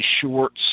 shorts